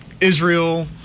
Israel